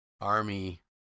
army